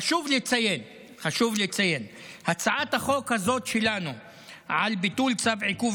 חשוב לציין שהצעת החוק הזאת שלנו על ביטול צו עיכוב